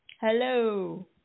Hello